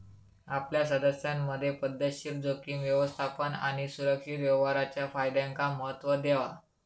आपल्या सदस्यांमधे पध्दतशीर जोखीम व्यवस्थापन आणि सुरक्षित व्यवहाराच्या फायद्यांका महत्त्व देवा